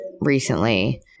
recently